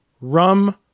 rum